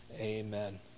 Amen